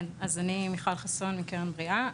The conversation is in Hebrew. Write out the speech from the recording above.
כן, אז אני מיכל חסון מ"קרן בריאה".